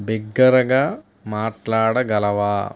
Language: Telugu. బిగ్గరగా మాట్లాడగలవా